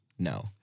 No